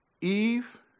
Eve